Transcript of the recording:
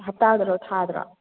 ꯍꯞꯇꯥꯗꯔꯣ ꯊꯥꯗꯔꯣ